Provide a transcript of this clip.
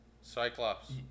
Cyclops